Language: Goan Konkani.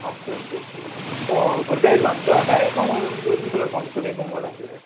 ओके ओके ओके आनीक भुरगो येयलो आमचो काय दुसरो कोण तुमी कोण कोण आयिल्ले